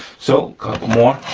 so couple more.